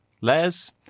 Les